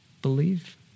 believe